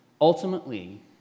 ultimately